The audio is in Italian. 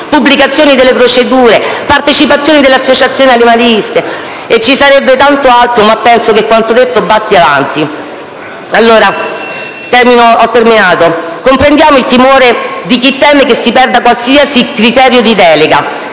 Pubblicazione delle procedure. Partecipazione delle associazioni animaliste. E ci sarebbe tanto altro, ma penso che quanto detto basti e avanzi. Comprendiamo la paura di chi teme che si perda qualsiasi criterio di delega